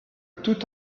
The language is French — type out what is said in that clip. tout